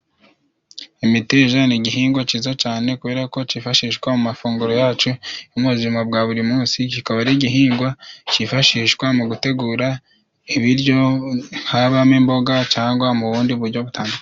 Imiteja ni igihingwa cyiza cane kubera ko kifashishwa mu mafunguro yacu yo mu buzima bwa buri munsi, kikaba ari igihingwa kifashishwa mu gutegura ibiryo, habamo imboga cangwa mu bundi bijyo butandukanye.